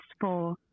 four